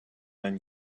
then